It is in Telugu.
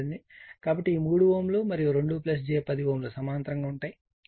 కాబట్టి ఈ 3 Ω మరియు 2 j 10 Ω సమాంతరంగా ఉంటాయి